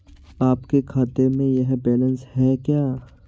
आपके खाते में यह बैलेंस है क्या?